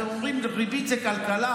אתם אומרים שריבית זה כלכלה,